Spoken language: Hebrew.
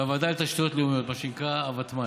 בוועדה לתשתיות לאומיות, מה שנקרא הוות"ל.